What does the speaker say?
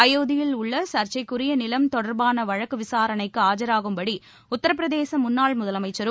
அயோத்தியில் உள்ள சர்ச்சைக்குரிய நிலம் தொடர்பான வழக்கு விசாரணைக்கு ஆஜாகும்படி உத்தரப்பிரதேச முன்னாள் முதலமைச்சரும்